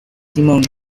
simon